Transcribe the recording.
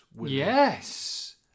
Yes